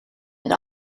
het